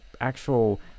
actual